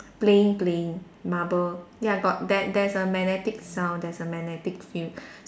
play playing marble ya got there there's a magnetic sound there's a magnetic field